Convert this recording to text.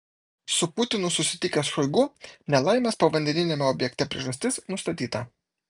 su putinu susitikęs šoigu nelaimės povandeniniame objekte priežastis nustatyta